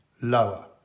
lower